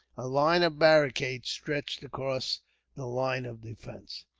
a line of barricades stretched across the line of defence.